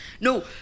No